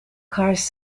car’s